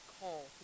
call